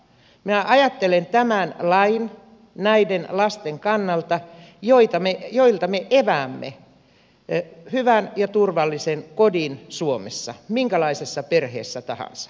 minä ajattelen tätä lakia näiden lasten kannalta joilta me epäämme hyvän ja turvallisen kodin suomessa minkälaisessa perheessä tahansa